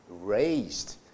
raised